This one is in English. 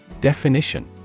Definition